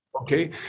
Okay